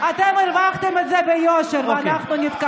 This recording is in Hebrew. אתם הרווחתם את זה ביושר, ואנחנו נתקדם.